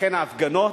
לכן ההפגנות,